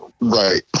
Right